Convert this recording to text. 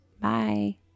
Bye